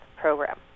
program